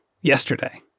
yesterday